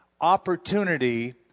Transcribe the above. opportunity